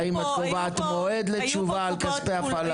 האם את קובעת מועד לתשובה על כספי הפעלה?